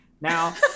Now